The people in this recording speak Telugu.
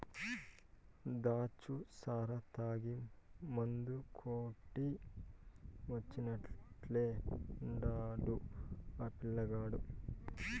దాచ్చా సారా తాగి మందు కొట్టి వచ్చినట్టే ఉండాడు ఆ పిల్లగాడు